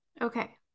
Okay